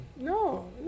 No